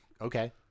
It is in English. Okay